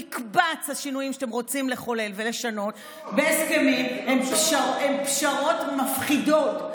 מקבץ השינויים שאתם רוצים לחולל ולשנות בהסכמים הם פשרות מפחידות.